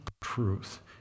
truth